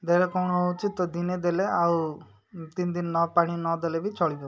ଦେଲେ କ'ଣ ହେଉଛି ତ ଦିନେ ଦେଲେ ଆଉ ତିନି ଦିନ ନ ପାଣି ନଦେଲେ ବି ଚଳିବ